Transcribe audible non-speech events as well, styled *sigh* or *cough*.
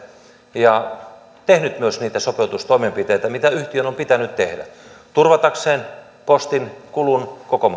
ja tehnyt myös niitä sopeutustoimenpiteitä mitä yhtiön on pitänyt tehdä turvatakseen postinkulun koko *unintelligible*